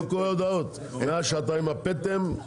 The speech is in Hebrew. אם עוסק לא סימן על גבי הטובין או במצורף להם פרטים בהתאם